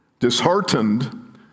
Disheartened